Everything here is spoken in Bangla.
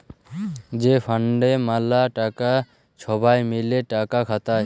যে ফাল্ডে ম্যালা টাকা ছবাই মিলে টাকা খাটায়